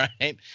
right